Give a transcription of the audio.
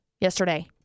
yesterday